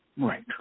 Right